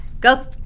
Go